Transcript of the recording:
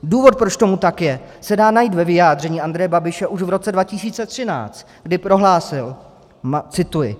Důvod, proč tomu tak je, se dá najít ve vyjádření Andreje Babiše už v roce 2013, kdy prohlásil cituji: